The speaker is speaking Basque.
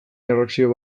erreakzio